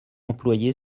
employé